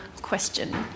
question